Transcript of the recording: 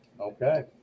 Okay